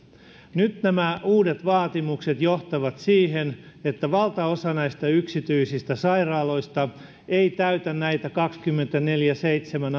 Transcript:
nyt nämä uudet vaatimukset johtavat siihen että valtaosa näistä yksityisistä sairaaloista ei täytä näitä kaksikymmentäneljä kautta seitsemän